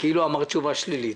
שכאילו אמרת תשובה שלילית.